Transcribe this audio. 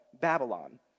Babylon